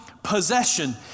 possession